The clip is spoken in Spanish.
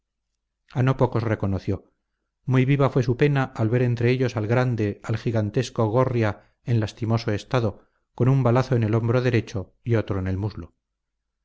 a no pocos reconoció muy viva fue su pena al ver entre ellos al grande al gigantesco gorria en lastimoso estado con un balazo en el hombro derecho y otro en el muslo